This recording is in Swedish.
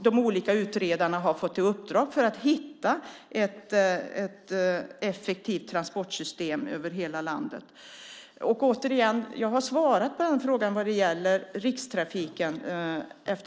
De olika utredarna har fått i uppdrag att hitta ett effektivt transportsystem över hela landet. Jag har redan svarat på frågan om Rikstrafiken.